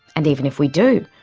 and even if we do,